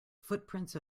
footprints